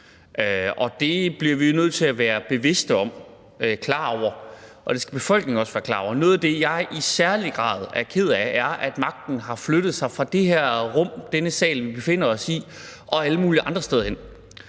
befolkningen også være klar over. Noget af det, jeg i særlig grad er ked af, er, at magten har flyttet sig fra det her rum, denne sal, vi befinder os i, til alle mulige andre steder.